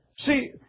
See